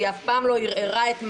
והיא אף פעם לא ערערה את מעמדו,